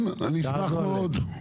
כן, אני אשמח מאוד.